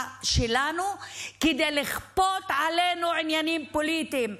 שלנו כדי לכפות עלינו עניינים פוליטיים.